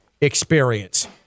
experience